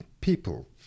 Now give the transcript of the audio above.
people